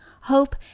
hope